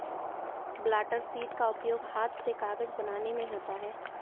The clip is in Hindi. ब्लॉटर शीट का उपयोग हाथ से कागज बनाने में होता है